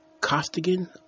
Costigan